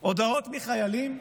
אני מניח, הודעות מחיילים,